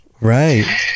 right